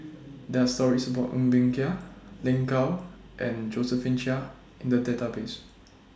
There Are stories about Ng Bee Kia Lin Gao and Josephine Chia in The Database